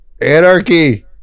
Anarchy